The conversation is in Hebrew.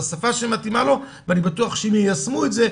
בשפה שמתאימה לו ואני בטוח שאם יישמו את זה,